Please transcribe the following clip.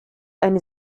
eine